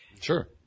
Sure